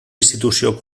institució